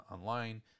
online